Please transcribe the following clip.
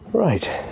Right